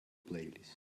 playlist